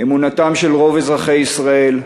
אמונתם של רוב אזרחי ישראל,